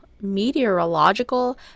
meteorological